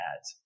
ads